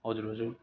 हजुर हजुर